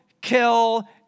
kill